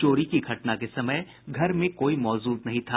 चोरी की घटना के समय घर में कोई मौजूद नहीं था